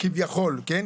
כביכול כן,